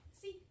see